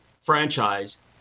franchise